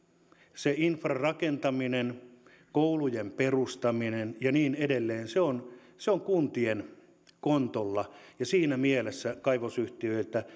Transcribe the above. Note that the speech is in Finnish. se infran rakentaminen koulujen perustaminen ja niin edelleen on kuntien kontolla ja siinä mielessä kaivosyhtiöiltä